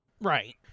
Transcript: Right